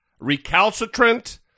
recalcitrant